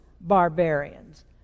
barbarians